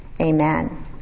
Amen